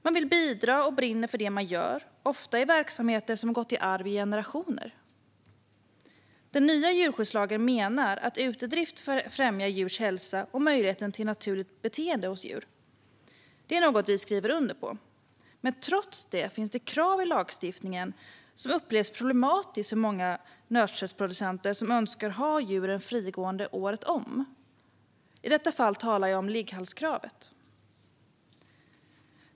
Man vill bidra och brinner för det man gör, ofta i verksamheter som gått i arv i generationer. Den nya djurskyddslagen menar att utedrift främjar djurs hälsa och möjligheten till naturligt beteende hos djur. Det är något vi skriver under på. Trots detta finns det krav i lagstiftningen som upplevs som problematiska för många nötköttsproducenter som önskar ha djuren frigående året om. I detta fall talar jag om ligghallskravet.